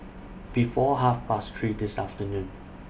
before Half Past three This afternoon